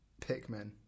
Pikmin